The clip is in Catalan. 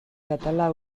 català